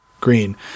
green